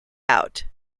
out